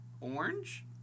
orange